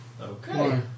Okay